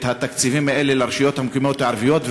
התקציבים האלה לרשויות המקומיות הערביות?